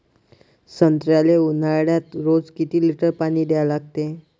संत्र्याले ऊन्हाळ्यात रोज किती लीटर पानी द्या लागते?